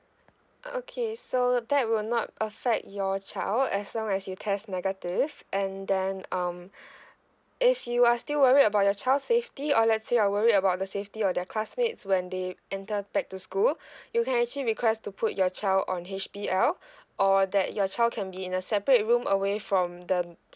okay so that will not affect your child as long as you test negative and then um if you are still worried about your child's safety or let's say you're worried about the safety of their classmates when they enter back to school you can actually request to put your child on H_B_L or that your child can be in a separate room away from the